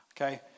Okay